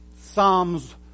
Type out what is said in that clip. Psalms